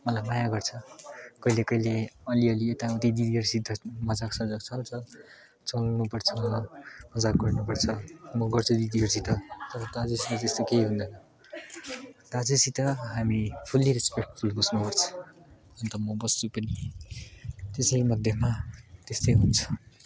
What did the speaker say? मलाई माया गर्छ कहिले कहिले अलिअलि यताउति दिदीहरूसित मजाक सजाक चल्छ चल्नु पर्छ मजाक गर्नु पर्छ म गर्छु दिदीहरूसित तर दाजुसित त्यस्तो केही हुँदैन दाजुसित हामी फुल्ली रेस्पेक्टफुल बस्नुपर्छ अन्त म बस्छु पनि अनि त्यसैमध्येमा त्यस्तै हुन्छ